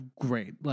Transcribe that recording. great